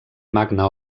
magna